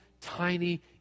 tiny